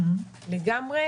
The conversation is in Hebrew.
לגמרי.